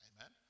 Amen